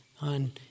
on